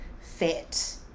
fit